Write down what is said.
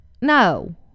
no